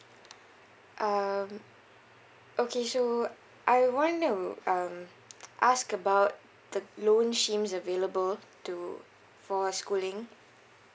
um okay so I want to um ask about the loan schemes available to for schooling